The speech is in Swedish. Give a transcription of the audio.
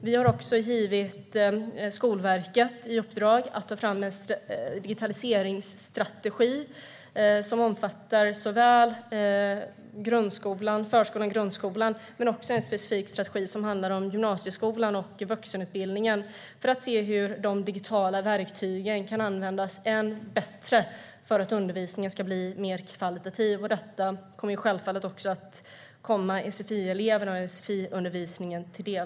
Vi har också givit Skolverket i uppdrag att ta fram en digitaliseringsstratregi som omfattar förskolan och grundskolan men också en specifik strategi för gymnasieskolan och vuxenutbildningen. Det handlar om att se hur de digitala verktygen kan användas än bättre för att undervisningen ska bli mer kvalitativ. Detta kommer självfallet också sfi-eleverna och sfi-undervisningen till del.